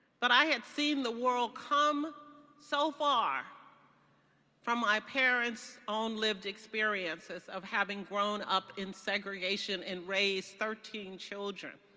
but i had seen the world come so far from my parents own lived experiences of having grown up in segregation and raised thirteen children.